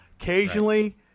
Occasionally